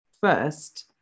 first